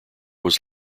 was